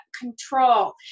control